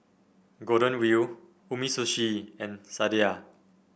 Golden Wheel Umisushi and Sadia